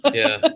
yeah.